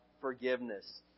forgiveness